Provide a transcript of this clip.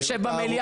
הוא יושב במליאה.